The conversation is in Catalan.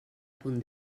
punt